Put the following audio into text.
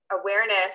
Awareness